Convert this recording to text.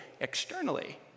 externally